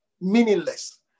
meaningless